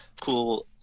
cool